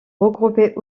regroupées